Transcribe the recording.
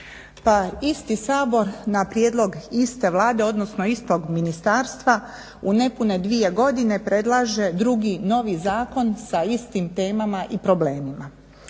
Pa isti Sabor na prijedlog iste Vlade, odnosno istog ministarstva u nepune dvije godine predlaže drugi, novi zakon sa istim temama i problemima.